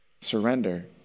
Surrender